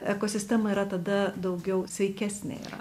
ekosistema yra tada daugiau sveikesnė yra